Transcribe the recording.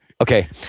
Okay